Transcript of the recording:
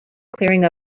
clearing